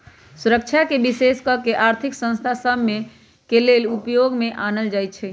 सुरक्षाके विशेष कऽ के आर्थिक संस्था सभ के लेले उपयोग में आनल जाइ छइ